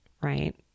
right